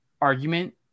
argument